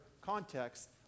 context